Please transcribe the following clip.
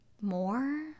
more